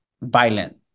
Violent